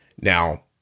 Now